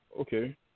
okay